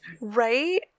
Right